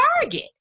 Target